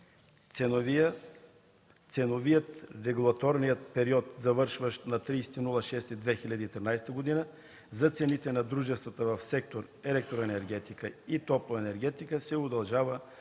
Ценовият/ регулаторният период, завършващ на 30 юни 2013 г. за цените на дружествата в сектор „Електроенергетика и топлоенергетика” се удължава